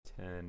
Ten